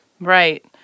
Right